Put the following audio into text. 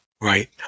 Right